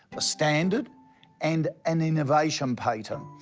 the standard and an innovation patent.